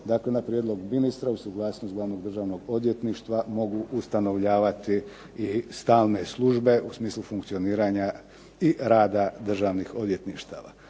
se na prijedlog ministra uz suglasnost glavnog državnog odvjetništva mogu ustanovljavati i stalne službe u smislu funkcioniranja i rada državnih odvjetništava.